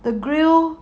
the grill